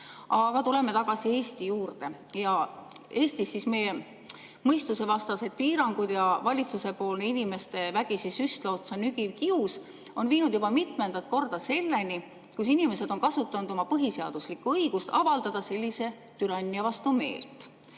tuleme tagasi Eesti juurde. Eestis on meie mõistusevastased piirangud ja valitsuse inimesi vägisi süstla otsa nügiv kius viinud juba mitmendat korda selleni, et inimesed on kasutanud oma põhiseaduslikku õigust sellise türannia vastu meelt